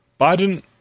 Biden